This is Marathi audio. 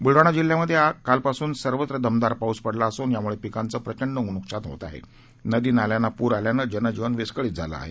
बुलडाणा जिल्ह्यामध्ये काल पासून सर्वत्र दमदार पाऊस पडला असून यामुळे पिकांचं प्रचंड नुकसान होत असून नदी नाल्यांना पूर आल्यानं जनजीवन विस्कळीत झालं आहे